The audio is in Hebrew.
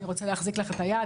אני רוצה להחזיק לך את היד",